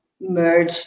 merge